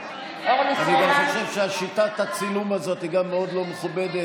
אני גם חושב ששיטת הצילום הזאת מאוד לא מכובדת.